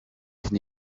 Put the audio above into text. can